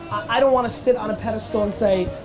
i don't want to sit on a pedestal and say,